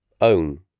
own